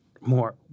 more